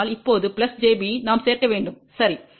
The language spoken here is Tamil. அதனால் இப்போது j b நாம் சேர்க்க வேண்டும் சரி